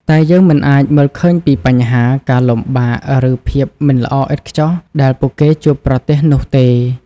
តែយើងមិនអាចមើលឃើញពីបញ្ហា ការលំបាក ឬភាពមិនល្អឥតខ្ចោះដែលពួកគេជួបប្រទះនោះទេ។